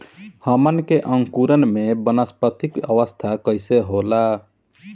हमन के अंकुरण में वानस्पतिक अवस्था कइसे होला?